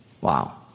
Wow